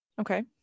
Okay